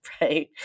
right